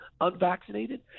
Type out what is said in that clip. unvaccinated